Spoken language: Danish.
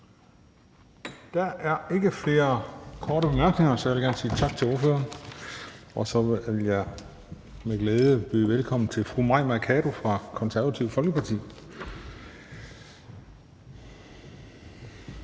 Der er ikke flere korte bemærkninger, så jeg vil gerne sige tak til ordføreren. Og så vil jeg med glæde byde velkommen til fru Mai Mercado fra Det Konservative Folkeparti.